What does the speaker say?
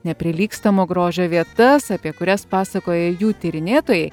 neprilygstamo grožio vietas apie kurias pasakoja jų tyrinėtojai